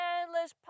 endless